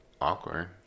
Awkward